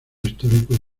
histórico